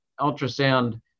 ultrasound